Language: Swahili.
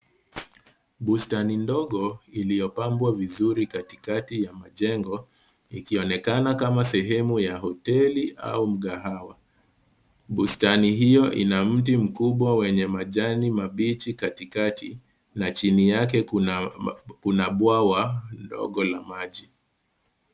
Bustani ndogo iliyopambwa vizuri katikati ya majengo, ikionekana kama sehemu ya hoteli au mkahawa. Bustani hio ina mti mkubwa wenye majani mabichi katikati, na chini yake kuna bwawa ndogo la maji.